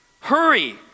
hurry